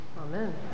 Amen